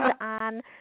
on